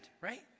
right